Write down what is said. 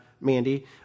Mandy